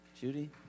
Judy